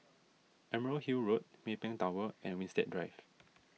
Emerald Hill Road Maybank Tower and Winstedt Drive